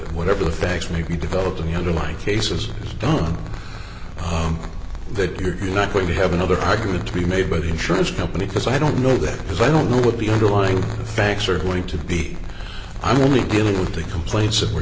whatever the facts may be developed in the underlying cases done that you're not going to have another argument to be made by the insurance company because i don't know that because i don't know what the underlying facts are going to be i'm only dealing with the complaints and we're